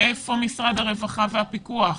איפה משרד הרווחה והפיקוח?